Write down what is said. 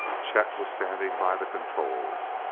chet was standing by the controls.